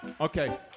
Okay